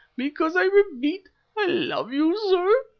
because i repeat, i love you, sir.